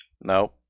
no